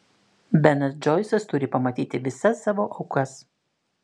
benas džoisas turi pamatyti visas savo aukas